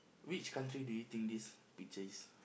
which country do you think this picture is